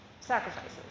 sacrifices